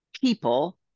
people